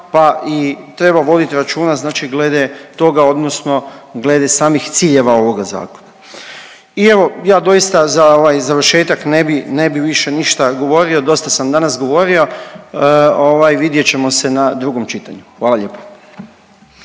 pa i treba voditi računa glede toga odnosno glede samih ciljeva ovoga zakona. I evo ja doista za ovaj završetak ne bi više ništa govorio, dosta sam danas govorio. Vidjet ćemo se na drugom čitanju. Hvala lijepo.